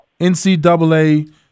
NCAA